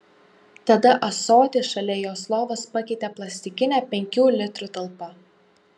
tada ąsotį šalia jos lovos pakeitė plastikinė penkių litrų talpa